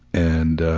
and ah,